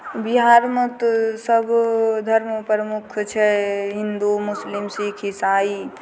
बिहारमे तऽ सब धर्म प्रमुख होइ छै हिन्दू मुस्लिम सिक्ख ईसाई